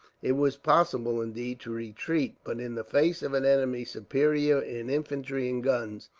it was possible, indeed, to retreat, but in the face of an enemy superior in infantry and guns,